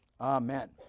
Amen